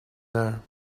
there